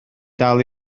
dal